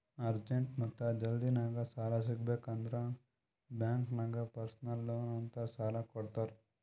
urgent ಮತ್ತ ಜಲ್ದಿನಾಗ್ ಸಾಲ ಸಿಗಬೇಕ್ ಅಂದುರ್ ಬ್ಯಾಂಕ್ ನಾಗ್ ಪರ್ಸನಲ್ ಲೋನ್ ಅಂತ್ ಸಾಲಾ ಕೊಡ್ತಾರ್